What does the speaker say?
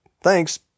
Thanks